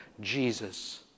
Jesus